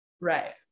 Right